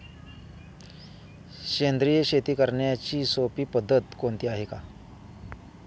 सेंद्रिय शेती करण्याची सोपी पद्धत कोणती आहे का?